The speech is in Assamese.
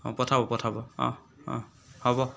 অঁ পঠাব পঠাব অঁ অঁ হ'ব